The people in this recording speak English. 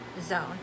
zone